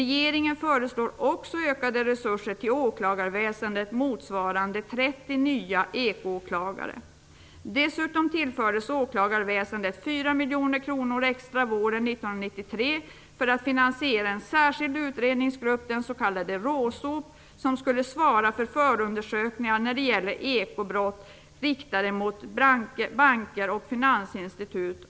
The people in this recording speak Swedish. Regeringen föreslår också ökade resurser till åklagarväsendet motsvarande 30 nya ekoåklagare. Dessutom tillfördes åklagarväsendet 4 miljoner kronor extra våren 1993 för finansiering av en särskild utredningsgrupp, den s.k. RÅSOP, som skulle svara för förundersökningar när det gäller ekobrott riktade mot banker och finansinstitut.